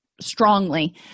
strongly